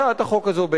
הצעת החוק הזאת היא